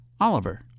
Oliver